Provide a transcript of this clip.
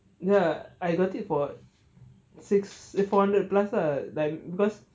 ya I got it for six eh four hundred plus lah like because